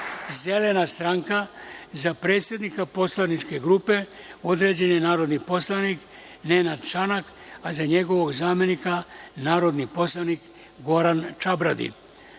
Zelena stranka – za predsednika poslaničke grupe određen je narodni poslanik Nenad Čanak, a za njegovog zamenika narodni poslanik Goran Čabradi;